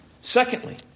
Secondly